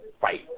fight